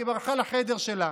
היא ברחה לחדר שלה.